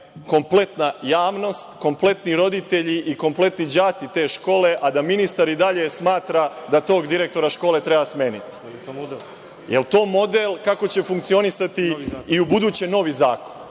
kompletna javnost, kompletni roditelji i kompletni đaci te škole, a da ministar i dalje smatra da tog direktora škole treba smeniti? Da li je to model kako će funkcionisati i ubuduće novi zakon?